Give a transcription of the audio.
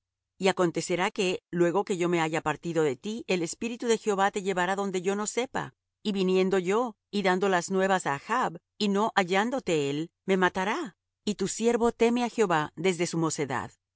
y acontecerá que luego que yo me haya partido de ti el espíritu de jehová te llevará donde yo no sepa y viniendo yo y dando las nuevas á achb y no hallándote él me matará y tu siervo teme á jehová desde su mocedad